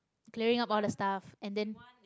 clearing up all the stuff and then